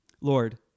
Lord